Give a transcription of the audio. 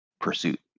pursuit